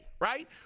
right